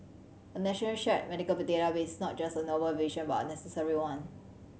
a national shared medical the database is not just a noble vision but a necessary one